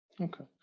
Okay